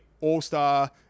all-star